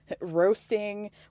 roasting